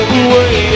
away